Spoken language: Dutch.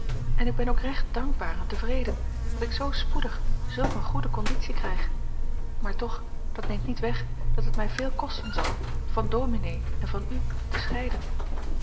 en ik ben ook recht dankbaar en tevreden dat ik zoo spoedig zulk een goede konditie krijg maar toch dat neemt niet weg dat het mij veel kosten zal van ominee en van u te scheiden